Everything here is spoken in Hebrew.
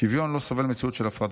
שוויון לא סובל מציאות של הפרדה.